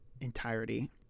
entirety